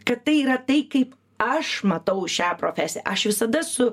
kad tai yra tai kaip aš matau šią profesiją aš visada su